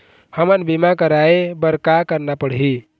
हमन बीमा कराये बर का करना पड़ही?